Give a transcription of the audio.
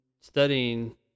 studying